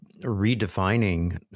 redefining